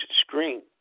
screen